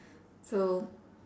so